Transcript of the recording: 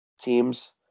teams